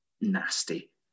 nasty